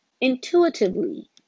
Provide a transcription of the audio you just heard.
Intuitively